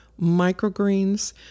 microgreens